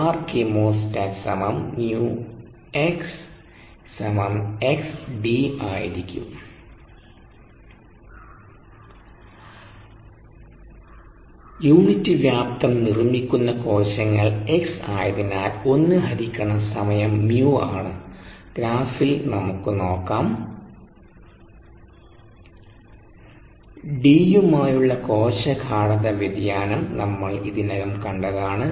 ആയിരിക്കും യൂണിറ്റ് വ്യാപ്തം നിർമ്മിക്കുന്ന കോശങ്ങൾ x ആയതിനാൽ 1 ഹരിക്കണം സമയം µ ആണ് ഗ്രാഫിൽ നമുക്ക് കാണാം d യുമായുള്ള കോശ ഗാഢത വ്യതിയാനം നമ്മൾ ഇതിനകം കണ്ടതാണ്